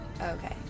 Okay